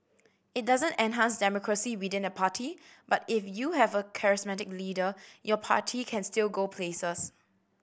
it doesn't enhance democracy within the party but if you have a charismatic leader your party can still go places